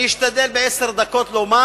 אני אשתדל בעשר דקות לומר.